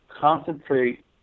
concentrate